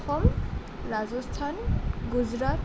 Assam Rajasthan Gujarat